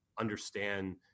understand